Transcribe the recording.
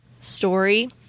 story